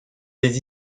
les